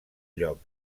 lloc